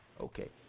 Okay